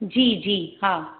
जी जी हा